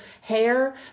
hair